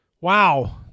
wow